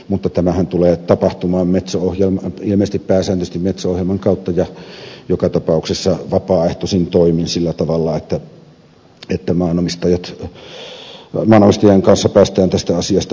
mutta tämähän tulee tapahtumaan ilmeisesti pääsääntöisesti metso ohjelman kautta ja joka tapauksessa vapaaehtoisin toimin sillä tavalla että maanomistajien kanssa päästään tästä asiasta yhteisymmärrykseen